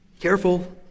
Careful